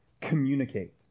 communicate